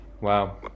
wow